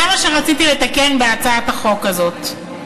זה מה שרציתי לתקן בהצעת החוק הזאת,